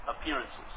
appearances